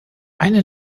eine